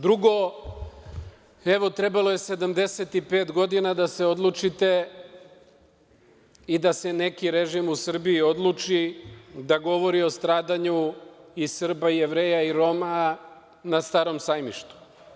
Drugo, trebalo je 75 godina da se odlučite, da se neki režim u Srbiji odluči da govori o stradanju i Srba, i Jevreja, i Roma na Starom sajmištu.